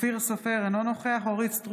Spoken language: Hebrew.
אופיר סופר, אינו נוכח אורית מלכה סטרוק,